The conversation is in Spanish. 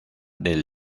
del